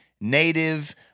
native